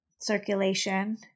circulation